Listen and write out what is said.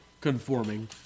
conforming